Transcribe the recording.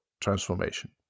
transformation